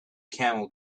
camel